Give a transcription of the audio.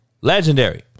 Legendary